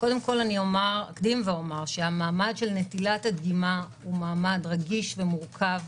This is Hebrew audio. קודם כל אקדים ואומר שהמעמד של נטילת הדגימה הוא מעמד רגיש ומורכב,